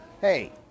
hey